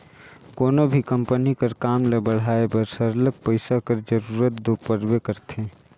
कोनो भी कंपनी कर काम ल बढ़ाए बर सरलग पइसा कर जरूरत दो परबे करथे